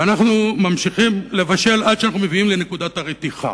ואנחנו ממשיכים לבשל עד שמגיעים לנקודת הרתיחה.